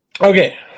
Okay